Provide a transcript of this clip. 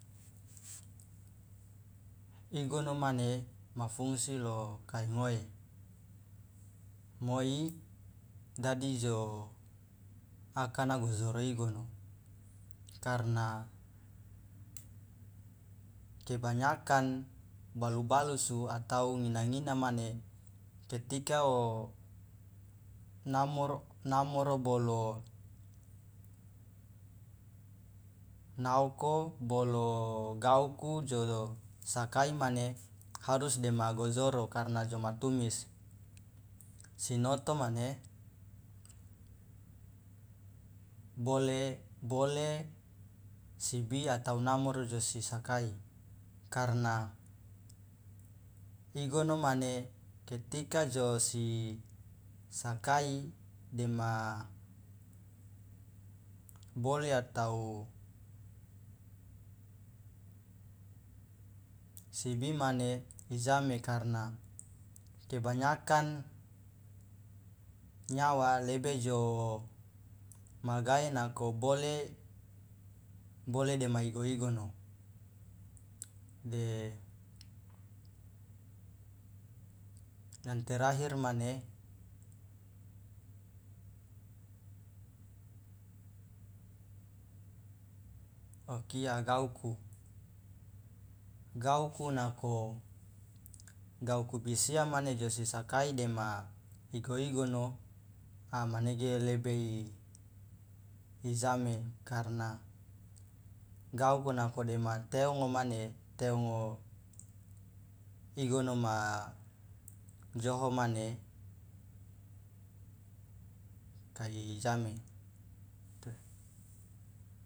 Igono mane ma fungsi lo kai ngoe moi dadi jo akana gojoro igono karna kebanyakan balu balusu atau ngina ngina mane ketika o namoro namoro bolo naoko bolo gauku jo sakai mane harus dema gojoro karna joma tumis sinoto mane bole bole sibi atau namoro josi sakai karna igono mane ketika josi sakai dema bole atau sibi mane ijame karna kebanyakan nyawa lebe jo magae nako bole bole dema igo- igono de yang terakhir mane okia gauku gauku nako gauku bisia mane josi sakai dema igo- igono a manege lebe ijame karna gauku nako dema teongo mane teongo igono ma joho mane kai jame.